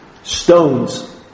Stones